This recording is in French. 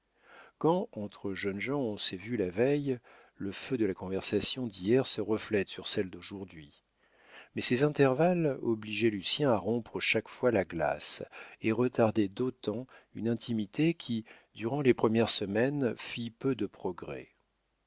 quand entre jeunes gens on s'est vu la veille le feu de la conversation d'hier se reflète sur celle d'aujourd'hui mais ces intervalles obligeaient lucien à rompre chaque fois la glace et retardaient d'autant une intimité qui durant les premières semaines fit peu de progrès